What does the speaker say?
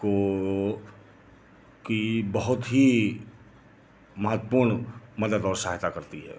को की बहुत ही महत्वपूर्ण मदद और सहायता करती है